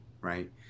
right